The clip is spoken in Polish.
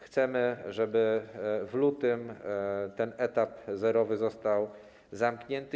Chcemy, żeby w lutym ten etap zerowy został zamknięty.